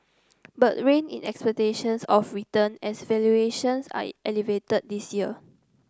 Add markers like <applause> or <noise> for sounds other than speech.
but rein in expectations of return as valuations are <unintelligible> elevated this year